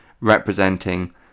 representing